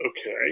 Okay